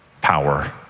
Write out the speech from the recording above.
power